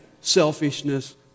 selfishness